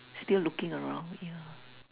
still looking around yeah